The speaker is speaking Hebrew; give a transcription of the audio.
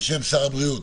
שר הבריאות,